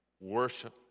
Worship